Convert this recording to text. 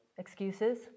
Excuses